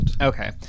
Okay